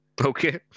Okay